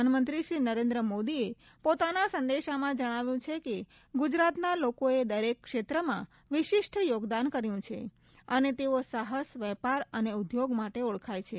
પ્રધાનમંત્રી શ્રી નરેન્દ્ર મોદીએ પોતાના સંદેશામાં જણાવ્યું છે કે ગુજરાતના લોકોએ દરેક ક્ષેત્રમાં વિશિષ્ટ યોગદાન કર્યું છે અને તેઓ સાહસ વેપાર અને ઉદ્યોગ માટે ઓળખાય છે